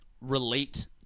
relate